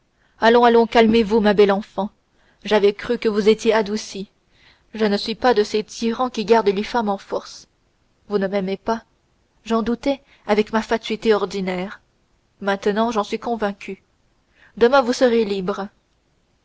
allons allons calmez-vous ma belle enfant j'avais cru que vous étiez adoucie je ne suis pas de ces tyrans qui gardent les femmes de force vous ne m'aimez pas j'en doutais avec ma fatuité ordinaire maintenant j'en suis convaincu demain vous serez libre